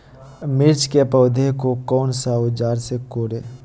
मिर्च की पौधे को कौन सा औजार से कोरे?